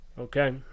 Okay